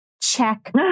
Check